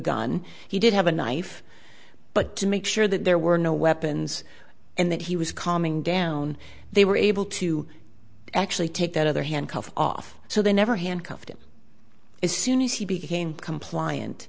he did have a knife but to make sure that there were no weapons and that he was calming down they were able to actually take that other handcuffs off so they never handcuffed him as soon as he became compliant